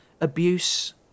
abuse